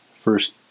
first